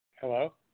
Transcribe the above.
Hello